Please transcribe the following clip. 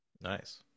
Nice